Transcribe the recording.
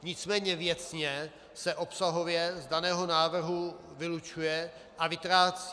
Nicméně věcně se obsahově z daného návrhu vylučuje a vytrácí.